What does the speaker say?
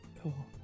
Cool